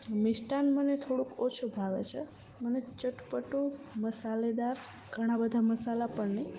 મિષ્ટાન્ન મને થોડુંક ઓછું ભાવે છે મને ચટપટું મસાલાદેર ઘણાબધા મસાલા પણ નહીં